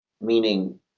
meaning